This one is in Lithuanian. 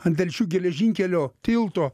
an telšių geležinkelio tilto